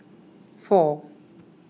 four